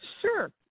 Sure